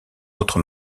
autre